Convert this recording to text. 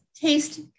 Taste